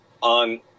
on –